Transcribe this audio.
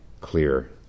clear